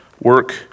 Work